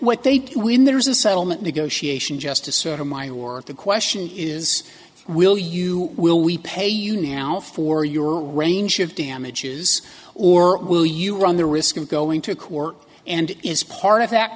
what they do when there is a settlement negotiations just to sort of mine or the question is will you will we pay you now for your range of damages or will you run the risk of going to court and is part of that